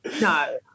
No